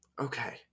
Okay